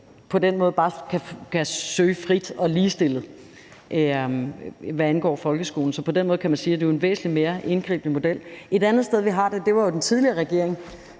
på den måde bare kan søge frit og ligestillet, hvad angår folkeskolen. Så på den måde kan man sige, at det er en væsentlig mere indgribende model. Et andet sted, vi har det, blev indført af den tidligere regering,